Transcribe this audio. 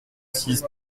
six